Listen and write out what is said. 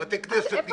בתי כנסת, מקוואות.